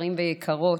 יקרים ויקרות,